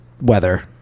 weather